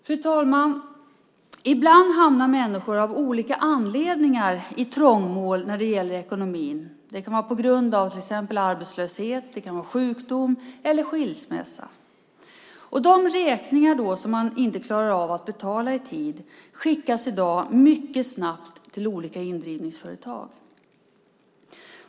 Fru talman! Av olika anledningar hamnar människor ibland i ekonomiskt trångmål. Det kan vara på grund av exempelvis arbetslöshet, sjukdom eller skilsmässa. De räkningar som man inte klarar av att betala i tid skickas i dag mycket snabbt till olika indrivningsföretag.